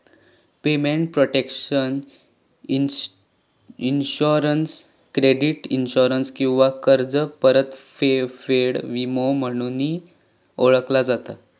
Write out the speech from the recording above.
payment protection insurance credit insurance किंवा कर्ज परतफेड विमो म्हणूनही ओळखला जाता